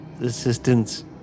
assistance